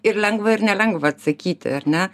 ir lengva ir nelengva atsakyti ar ne